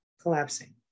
collapsing